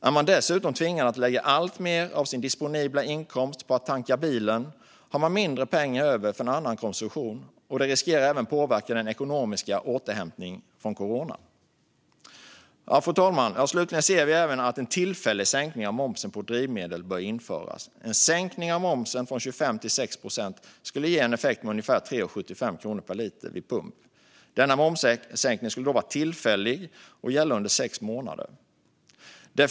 Är man dessutom tvingad att lägga alltmer av sin disponibla inkomst på att tanka bilen har man mindre pengar över för annan konsumtion, och det riskerar även att påverka den ekonomiska återhämtningen från coronan. Fru talman! Slutligen anser vi även att en tillfällig sänkning av momsen på drivmedel bör införas. En sänkning av momsen från 25 procent till 6 procent skulle ge en effekt på ungefär 3,75 kronor per liter vid pump. Denna momssänkning skulle vara tillfällig och gälla under sex månader.